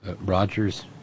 Rogers